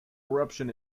eruption